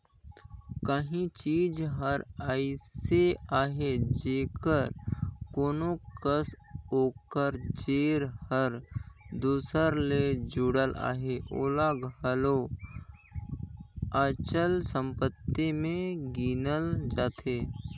काहीं चीज हर अइसे अहे जेहर कोनो कस ओकर जेर हर दूसर ले जुड़ल अहे ओला घलो अचल संपत्ति में गिनल जाथे